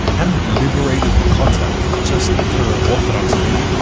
hadn't liberated the kotel just for orthodox men.